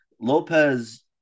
Lopez